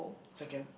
second